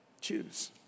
choose